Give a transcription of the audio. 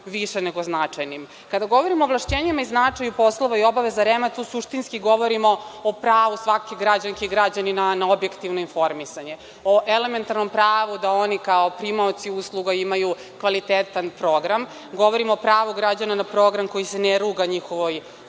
više nego značajnim. Kada govorimo o ovlašćenjima i značaju poslova i obaveza REM tu suštinski govorimo o pravu svake građanke i građanina na objektivno informisanje, o elementarnom pravu da oni kao primaoci usluga imaju kvalitetan program. Govorimo o pravu građanina na program koji se ne ruga njihovoj